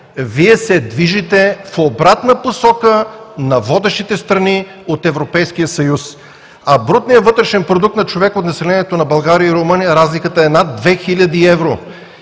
Вие се движите в обратна посока на водещите страни от Европейския съюз, а разликата в брутния вътрешен продукт на човек от населението на България и Румъния е над 2000 евро.